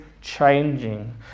changing